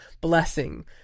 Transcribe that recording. blessing